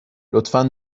لطفا